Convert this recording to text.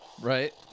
right